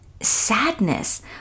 sadness